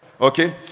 okay